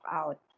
out